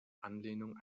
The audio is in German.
anlehnung